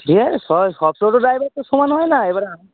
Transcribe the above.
ঠিক আছে সব সব টোটো ড্রাইভার তো সমান হয় না এবারে আম